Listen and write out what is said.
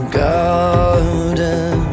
garden